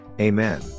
Amen